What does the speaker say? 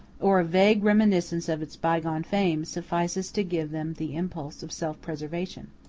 or a vague reminiscence of its bygone fame, suffices to give them the impulse of self-preservation.